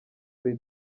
free